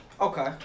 Okay